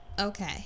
Okay